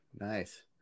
Nice